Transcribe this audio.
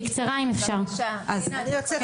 בקצרה אם אפשר.) אני יוצאת,